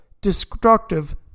destructive